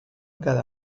cada